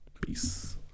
peace